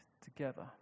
together